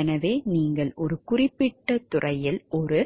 எனவே நீங்கள் ஒரு குறிப்பிட்ட துறையில் ஒரு